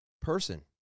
person